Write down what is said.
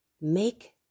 make